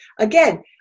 Again